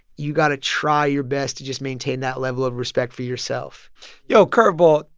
you got to try your best to just maintain that level of respect for yourself yo, curveball.